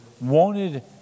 wanted